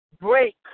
break